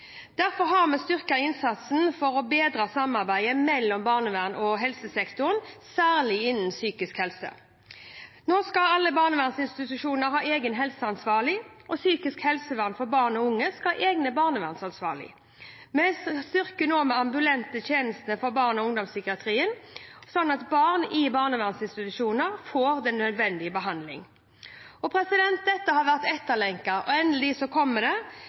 Derfor har vi styrket innsatsen for å bedre samarbeidet mellom barnevernet og helsesektoren, særlig innen psykisk helse. Nå skal alle barnevernsinstitusjoner ha en egen helseansvarlig, og psykisk helsevern for barn og unge skal ha egne barnevernsansvarlige. Vi styrker også de ambulante tjenestene for barne- og ungdomspsykiatrien, slik at barn i barnevernsinstitusjoner får nødvendig behandling. Dette har vært etterlengtet, og endelig kommer det.